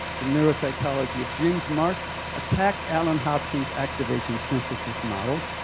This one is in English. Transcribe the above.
the neuropsychology of dreams, mark attacked alan hobson's activation-synthesis model,